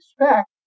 expect